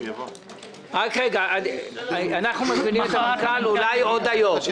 אנחנו מזמינים את המנכ"ל אולי עוד היום.